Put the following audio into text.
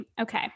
Okay